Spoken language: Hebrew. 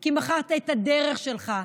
כי מכרת את הדרך שלך,